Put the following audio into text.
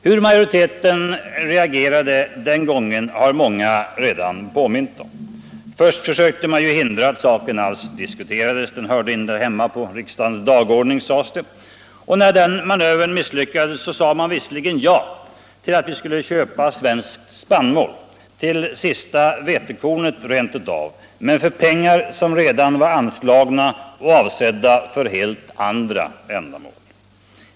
Hur majoriteten reagerade den gången har många redan påmint om. Först försökte man hindra att saken alls diskuterades, den hörde inte hemma på riksdagens dagordning, sades det. När den manövern misslyckades sade man visserligen ja till att vi skulle köpa svensk spannmål, till sista vetekornet rent utav, men för pengar som redan var anslagna och avsedda för helt andra ändamål.